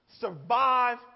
survive